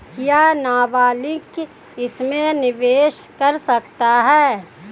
क्या नाबालिग इसमें निवेश कर सकता है?